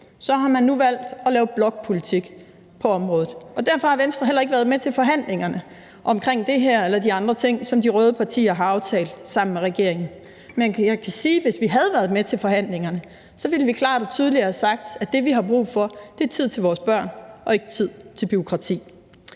Nu har man så valgt at lave blokpolitik på området, og derfor har Venstre heller ikke været med til forhandlingerne omkring det her eller de andre ting, som de røde partier har aftalt sammen med regeringen. Men jeg kan sige, at hvis vi havde været med til forhandlingerne, så ville vi klart og tydeligt have sagt, at det, vi har brug for, er tid til vores børn, og ikke tid til bureaukrati.